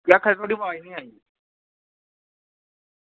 केह् आक्खा दे थुआढ़ी वाज़ निं आई